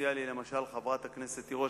הציעה לי למשל חברת הכנסת תירוש,